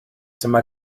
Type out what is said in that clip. dyma